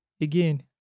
again